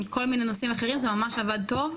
כל מיני נושאים אחרים זה ממש עבד טוב,